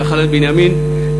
נחלת בנימין",